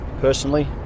personally